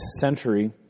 century